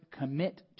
commit